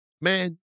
man